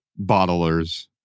bottlers